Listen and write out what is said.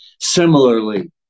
Similarly